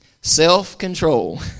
self-control